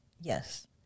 Yes